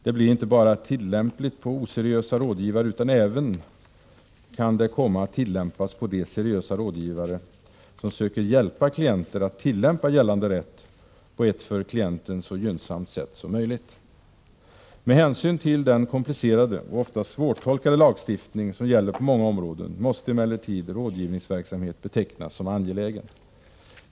Det blir inte bara tillämpligt på oseriösa rådgivare utan kan även komma att tillämpas på de seriösa rådgivare som söker hjälpa klienter att tillämpa gällande rätt på ett för klienten så gynnsamt sätt som möjligt. Med hänsyn till den komplicerade och ofta svårtolkade lagstiftning som gäller på många områden måste emellertid rådgivningsverksamhet betecknas som angelägen.